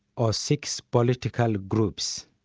or six political ah groups,